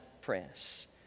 press